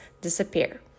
disappear